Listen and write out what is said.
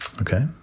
Okay